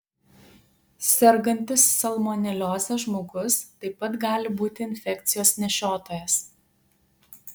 sergantis salmonelioze žmogus taip pat gali būti infekcijos nešiotojas